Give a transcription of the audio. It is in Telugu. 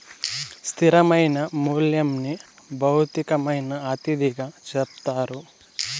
స్థిరమైన మూల్యంని భౌతికమైన అతిథిగా చెప్తారు